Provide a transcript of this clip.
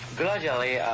gradually